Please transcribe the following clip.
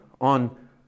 on